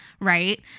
right